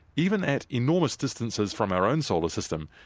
even at enormous distances from our own solar system,